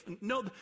No